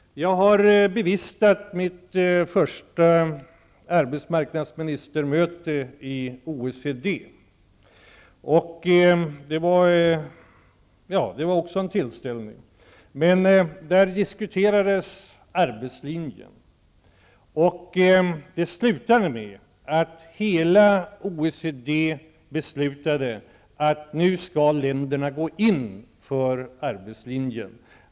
Jag har bevistat mitt första arbetsmarknadsministermöte i OECD -- det var också en tillställning. Där diskuterades arbetslinjen. Det slutade med att hela OECD beslutade att de olika länderna skall gå in för arbetslinjen.